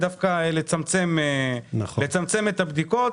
לצמצם את הבדיקות,